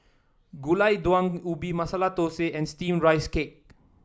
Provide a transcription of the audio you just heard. Gulai Daun Ubi Masala Thosai and steamed Rice Cake